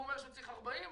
והוא אומר שצריך 40 יום,